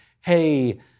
hey